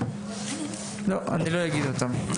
לא, לא אגיד אותם.